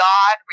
God